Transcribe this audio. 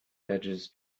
edges